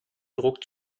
druck